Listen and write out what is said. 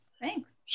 Thanks